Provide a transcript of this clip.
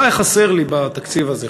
מה היה חסר לי בתקציב הזה?